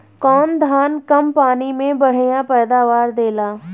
कौन धान कम पानी में बढ़या पैदावार देला?